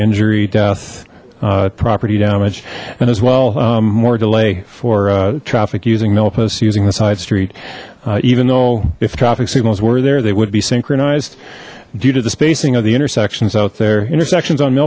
injury death property damage and as well more delay for traffic using milpas using the side street even though if traffic signals were there they would be synchronized due to the spacing of the intersections out there intersections on